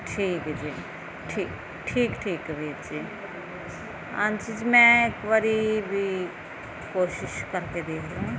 ਠੀਕ ਜੀ ਠੀਕ ਠੀਕ ਵੀਰ ਜੀ ਹਾਂਜੀ ਜੀ ਮੈਂ ਇੱਕ ਵਾਰੀ ਵੀ ਕੋਸ਼ਿਸ਼ ਕਰਕੇ ਦੇਖ ਰਹੀ ਹਾਂ